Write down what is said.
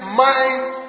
mind